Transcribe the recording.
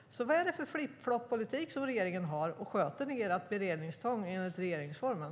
Vad är det för flip-flop-politik regeringen för? Sköter regeringen beredningen enligt regeringsformen?